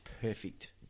perfect